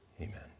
Amen